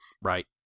right